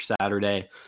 Saturday